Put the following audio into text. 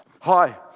Hi